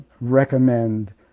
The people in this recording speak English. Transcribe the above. recommend